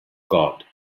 god